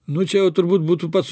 nu čia jau turbūt būtų pats